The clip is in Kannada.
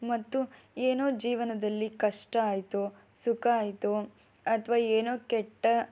ಮತ್ತು ಏನೋ ಜೀವನದಲ್ಲಿ ಕಷ್ಟ ಆಯಿತು ಸುಖ ಆಯಿತು ಅಥವಾ ಏನೋ ಕೆಟ್ಟ